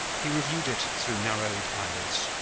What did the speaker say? he reviewed it through narrowed eyelids,